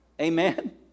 Amen